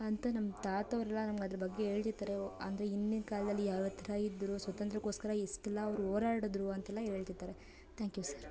ಅಂತ ನಮ್ಮ ತಾತ ಅವ್ರೆಲ್ಲ ನಮ್ಗೆ ಅದ್ರ ಬಗ್ಗೆ ಹೇಳ್ತಿರ್ತಾರೆ ಅಂದರೆ ಹಿಂದಿನ ಕಾಲದಲ್ಲಿ ಯಾವ ಯಾವ ಥರ ಇದ್ದರು ಸ್ವಾತಂತ್ರ್ಯಕ್ಕೋಸ್ಕರ ಎಷ್ಟೆಲ್ಲ ಅವ್ರು ಹೋರಾಡದ್ರು ಅಂತೆಲ್ಲ ಹೇಳ್ತಿರ್ತಾರೆ ತ್ಯಾಂಕ್ ಯೂ ಸರ್